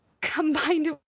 combined